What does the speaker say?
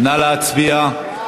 נא להצביע.